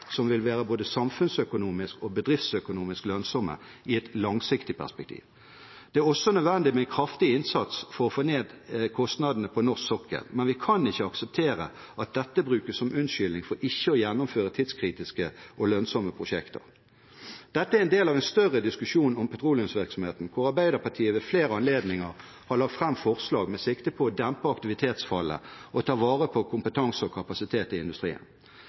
som vil være både samfunnsøkonomisk og bedriftsøkonomisk lønnsomme i et langsiktig perspektiv. Det er også nødvendig med en kraftig innsats for å få ned kostnadene på norsk sokkel. Men vi kan ikke akseptere at dette brukes som unnskyldning for ikke å gjennomføre tidskritiske og lønnsomme prosjekter. Dette er en del av en større diskusjon om petroleumsvirksomheten, hvor Arbeiderpartiet ved flere anledninger har lagt fram forslag med sikte på å dempe aktivitetsfallet og ta vare på kompetanse og kapasitet i industrien.